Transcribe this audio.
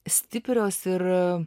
stiprios ir